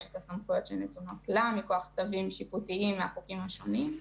את הסמכות שנובעת מכוח צווים שיפוטיים שונים.